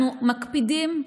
אנחנו מקפידים,